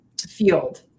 field